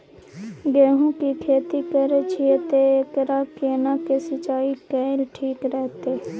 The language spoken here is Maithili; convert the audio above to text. गेहूं की खेती करे छिये ते एकरा केना के सिंचाई कैल ठीक रहते?